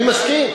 אני מסכים.